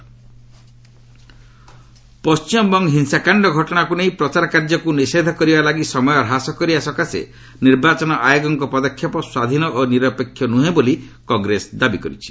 Congress EC Paschimbanga ହିଂସାକାଣ୍ଡ ଘଟଣାକୁ ନେଇ ପ୍ରଚାର କାର୍ଯ୍ୟକୁ ନିଷେଧାଦେଶ କରିବା ଲାଗି ସମୟ ହ୍ରାସ କରିବାପାଇଁ ନିର୍ବାଚନ ଆୟୋଗଙ୍କ ପଦକ୍ଷେପ ସ୍ୱାଧୀନ ଓ ନିରପେକ୍ଷ ନୁହେଁ ବୋଲି କଂଗ୍ରେସ ଦାବି କରିଛି